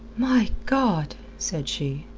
my god! said she.